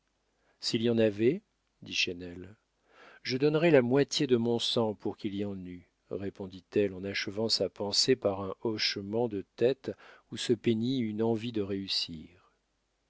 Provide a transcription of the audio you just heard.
s'il y en avait dit chesnel je donnerais la moitié de mon sang pour qu'il y en eût répondit-elle en achevant sa pensée par un hochement de tête où se peignit une envie de réussir